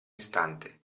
istante